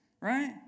right